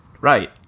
Right